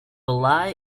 bali